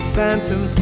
Phantom